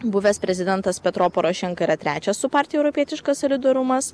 buvęs prezidentas petro porošenka yra trečias su partija europietiškas solidarumas